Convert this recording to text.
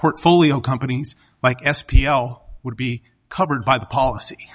portfolio companies like s p l would be covered by the policy